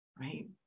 right